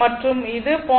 மற்றும் இது 0